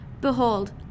Behold